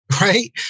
right